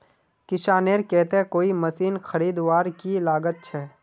किसानेर केते कोई मशीन खरीदवार की लागत छे?